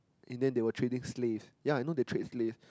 in the end they were trading slaves ya I know they trade slaves